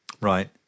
Right